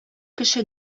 кеше